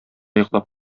йоклап